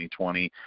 2020